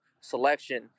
selection